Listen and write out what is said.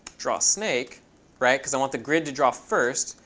drawsnake, right? because i want the grid to draw first,